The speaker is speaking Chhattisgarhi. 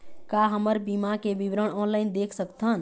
का हमर बीमा के विवरण ऑनलाइन देख सकथन?